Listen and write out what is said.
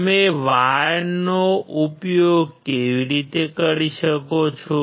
તમે વાયરનો ઉપયોગ કેવી રીતે કરી શકો છો